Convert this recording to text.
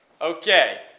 Okay